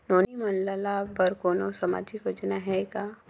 नोनी मन ल लाभ बर कोनो सामाजिक योजना हे का?